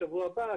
ומשבוע הבא,